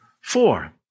four